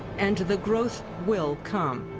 and the growth will come!